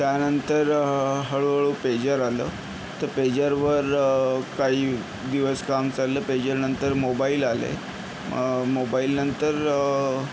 त्यानंतर हळूहळू पेजर आलं तर पेजरवर काही दिवस काम चाललं पेजर नंतर मोबाइल आले म मोबाइलनंतर